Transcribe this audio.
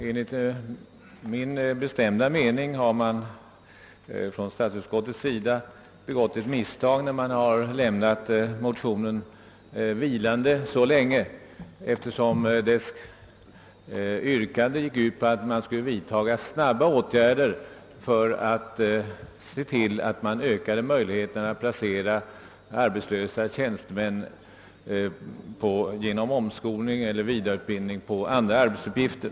Enligt min bestämda mening har statsutskottet begått ett misstag genom att lämna motionen vilande så länge, eftersom dess yrkande gick ut på att snabba åtgärder borde vidtagas för att genom omskolning eller vidareutbildning öka möjligheterna för arbetslösa tjänstemän till placering på andra arbetsuppgifter.